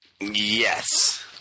Yes